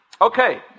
Okay